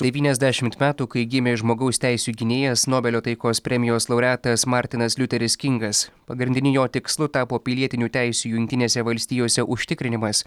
devyniasdešimt metų kai gimė žmogaus teisių gynėjas nobelio taikos premijos laureatas martinas liuteris kingas pagrindiniu jo tikslu tapo pilietinių teisių jungtinėse valstijose užtikrinimas